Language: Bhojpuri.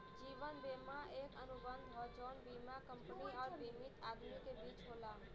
जीवन बीमा एक अनुबंध हौ जौन बीमा कंपनी आउर बीमित आदमी के बीच होला